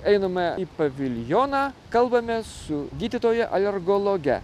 einame į paviljoną kalbamės su gydytoja alergologe